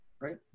right